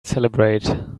celebrate